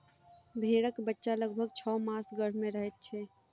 भेंड़क बच्चा लगभग छौ मास गर्भ मे रहैत छै